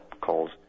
calls